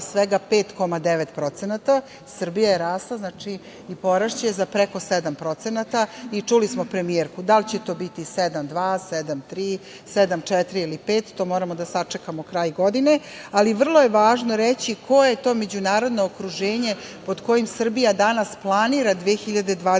svega 5,9%, Srbija je rasla, znači, i porašće za preko 7%. Čuli smo premijerku, da li će to biti 7,2%, 7,3% 7,4% ili 7,5%, to moramo da sačekamo kraj godine, ali vrlo je važno reći koje je to međunarodno okruženje pod kojim Srbija danas planira 2020.